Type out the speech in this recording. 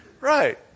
Right